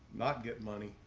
not get money.